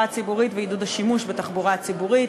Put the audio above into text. הציבורית לעידוד השימוש בתחבורה הציבורית.